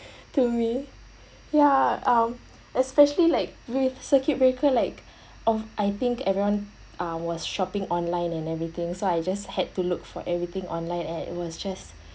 to me ya um especially like with circuit breaker like of I think everyone uh was shopping online and everything so I just had to look for everything online and it was just